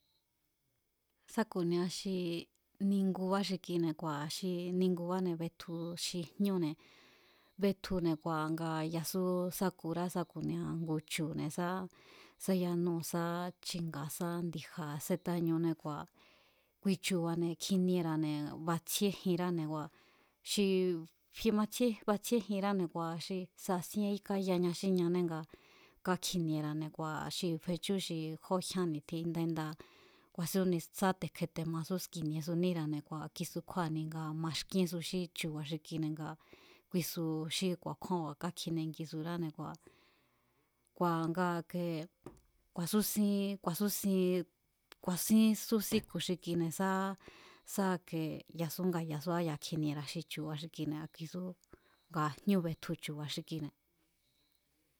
sá ku̱nia xi xi ningubá xi kuine̱, xi ningubá xi kuine̱ kua̱ xi ningubáne̱ betju xi jñúne̱, betjune̱ kua̱ ngaa̱ ya̱su sákurá sá ku̱nia ngu chu̱ne̱ sá sáyanúu̱ sá chi̱nga̱, sá ndi̱ja̱ sétáñúnée̱ kua̱, kui chu̱ba̱ne̱ kjiniera̱ne̱ batsjíé jinráne̱ kua̱ xi fi batsjíe jinráne̱ kua̱ xi saa̱síén káyaña xí ñané nga kákjiniera̱ne̱ kua̱ xi fechú xi jo jyán ni̱tjin inda inda ku̱a̱sín ku̱nisa te̱kje te̱masú ski̱ni̱e̱suníra̱ne̱ kua̱ kisu kjúáa̱ni nga maxkíénsu xí chu̱ba̱ xi kine̱ ngaa̱ kuisu xí ku̱a̱kjúánba̱ kákjinengisuráne̱ kua̱, kua̱ nga i̱ke ku̱a̱súsín, ku̱a̱súsin ku̱a̱sínsú síku̱ xi kine̱ sá sá ike ya̱sú nga ya̱suá ya̱a kjiniera̱ xi chu̱ba̱ xi kine̱ a̱ kisú ngaa̱ jñú betju chu̱ba̱ xi kine̱.